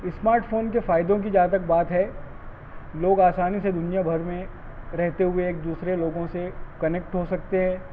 smart phone کے فائدوں کی جہاں تک بات ہے لوگ آسانی سے دنیا بھر میں رہتے ہوئے ایک دوسرے لوگوں سے کنکٹ ہو سکتے ہیں